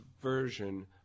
version